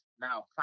Now